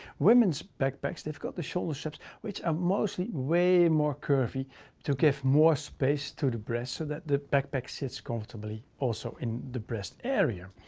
women's backpacks, they've got the shoulder straps, which are mostly way more curvy to give more space to the breast so that the backpack sits comfortably also in the breast area.